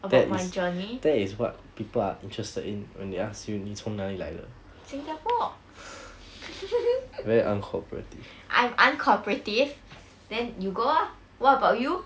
about my journey 新加坡 I am uncooperative then you go ah what about you